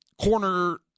corner